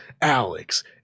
Alex